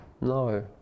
No